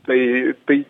tai tai